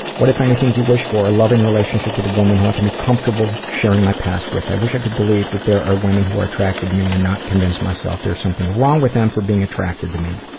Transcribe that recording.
what if anything do you wish for? a loving relationship with a woman who i can be comfortable sharing my past with. i wish i could believe that there are women who are attracted to me and not convince myself there's something wrong with them for being attracted to me.